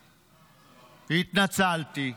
התנצלתי,